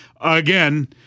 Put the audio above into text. again